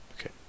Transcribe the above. Okay